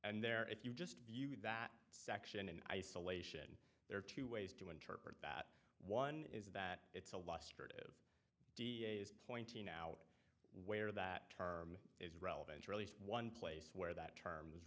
and there if you just view that section in isolation there are two ways to interpret that one is that it's a law da is pointing out where that term is relevant or at least one place where that term